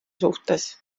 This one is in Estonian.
suhtes